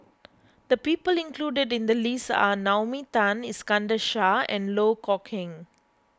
the people included in the list are Naomi Tan Iskandar Shah and Loh Kok Heng